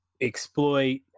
exploit